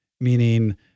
meaning